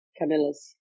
Camilla's